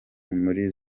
muri